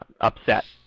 upset